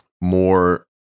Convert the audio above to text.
more